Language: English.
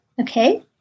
okay